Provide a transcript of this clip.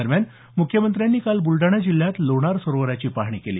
दरम्यान मुख्यमंत्र्यांनी काल बुलडाणा जिल्ह्यात लोणार सरोवराची पाहणी केली